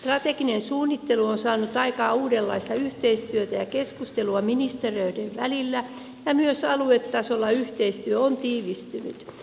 strateginen suunnittelu on saanut aikaan uudenlaista yhteistyötä ja keskustelua ministeriöiden välillä ja myös aluetasolla yhteistyö on tiivistynyt